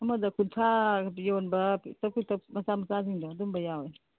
ꯑꯃꯗ ꯀꯨꯟꯊ꯭ꯔꯥꯒ ꯌꯣꯟꯕ ꯄꯤꯛꯇꯛ ꯄꯤꯛꯇꯛ ꯃꯆꯥ ꯃꯆꯥꯁꯤꯡꯗꯣ ꯑꯗꯨꯝꯕ ꯌꯥꯎꯋꯦ